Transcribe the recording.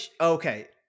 Okay